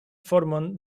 formon